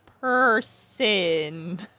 person